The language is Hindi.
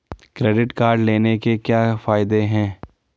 क्रेडिट कार्ड लेने के क्या फायदे हैं?